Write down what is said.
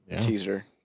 Teaser